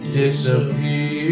disappear